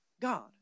God